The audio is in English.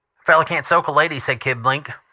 feller can't soak a lady, said kid blink,